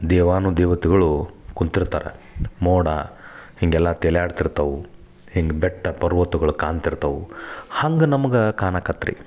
ದೇವಾನು ದೇವತೆಗಳು ಕುಂತಿರ್ತಾರೆ ಮೋಡ ಹೀಗೆಲ್ಲ ತೇಲಾಡ್ತಿರ್ತವು ಹೆಂಗ ಬೆಟ್ಟ ಪರ್ವತಗಳು ಕಾಣ್ತಿರ್ತವು ಹಂಗ ನಮ್ಗೆ ಕಾಣಕತ್ತೆ ರೀ